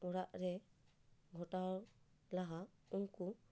ᱚᱲᱟᱜ ᱨᱮ ᱜᱷᱚᱴᱟᱣ ᱞᱟᱦᱟ ᱩᱱᱠᱩ